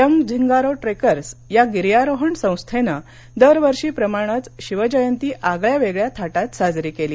young Zingaro trekkers या गिर्यारोहण संस्थेनं दरवर्षीप्रमाणेच शिवजयंती आगळ्या वेगळ्या थाटात साजरी केली